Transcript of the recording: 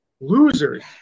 losers